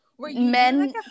Men